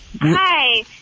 Hi